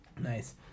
Nice